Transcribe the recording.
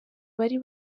bari